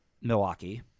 Milwaukee